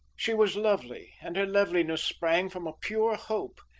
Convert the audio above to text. she was lovely and her loveliness sprang from a pure hope.